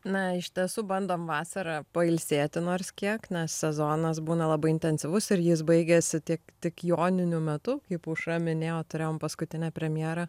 na iš tiesų bandom vasarą pailsėti nors kiek nes sezonas būna labai intensyvus ir jis baigiasi tik tik joninių metu kaip aušra minėjo turėjom paskutinę premjerą